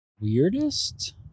weirdest